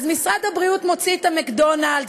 אז משרד הבריאות מוציא את "מקדונלד'ס",